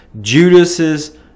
Judas